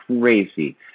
crazy